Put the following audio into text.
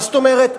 מה זאת אומרת?